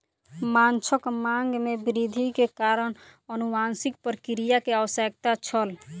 माँछक मांग में वृद्धि के कारण अनुवांशिक प्रक्रिया के आवश्यकता छल